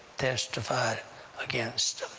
testified against